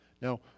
Now